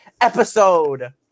episode